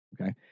okay